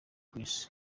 cyrus